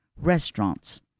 restaurants